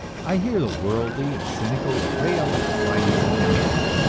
i hear the worldly and cynical rail at the blindness of young love,